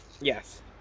Yes